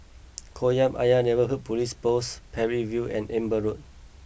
Kolam Ayer Neighbourhood Police Post Parry View and Amber Road